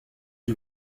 you